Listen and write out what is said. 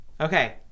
Okay